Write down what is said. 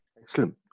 Excellent